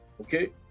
Okay